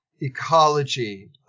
ecology